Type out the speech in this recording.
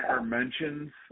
mentions